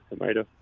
tomato